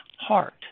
heart